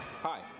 Hi